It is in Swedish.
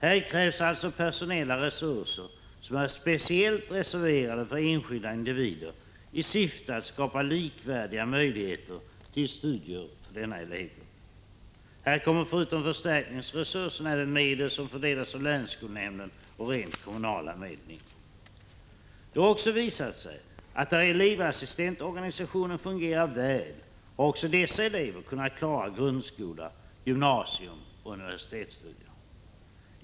Här krävs alltså personella resurser, som är speciellt reserverade för enskilda individer, i syfte att likvärdiga möjligheter till studier skapas för denna elevgrupp. Här kommer förutom förstärkningsresursen även medel som fördelas av länsskolnämnden och rent kommunala medel in. Det har också visat sig att där elevassistentorganisationen fungerar väl har också dessa elever kunnat klara grundskola, gymnasium och universitetsstudier.